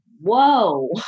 whoa